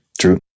True